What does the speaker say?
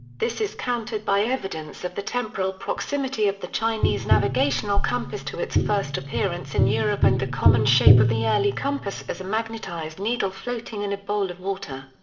this is countered by evidence of the temporal proximity of the chinese navigational compass to its first appearance in europe and the common shape of the early compass as a magnetized needle floating in a bowl of water.